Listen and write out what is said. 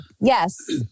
Yes